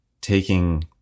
taking